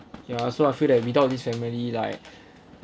ya so I feel that without this family like